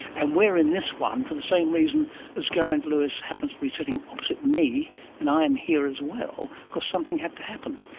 and we are in this one for the same reason as geraint lewis happens to be sitting opposite me and i'm here as well, because something had to happen.